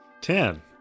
Ten